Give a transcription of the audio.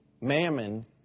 Mammon